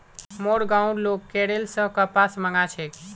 मोर गांउर लोग केरल स कपास मंगा छेक